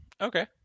okay